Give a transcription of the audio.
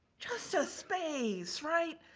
just a space, right?